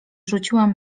rzuciłam